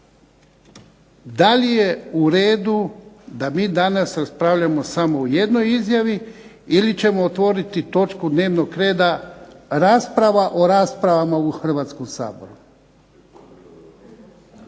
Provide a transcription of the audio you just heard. da li je u redu da mi danas raspravljamo samo o jednoj izjavi ili ćemo otvoriti točku dnevnog reda rasprava o raspravama u Hrvatskom saboru.